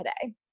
today